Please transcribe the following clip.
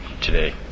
today